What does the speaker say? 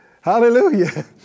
Hallelujah